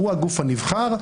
הוא הגוף הנבחר.